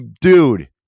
dude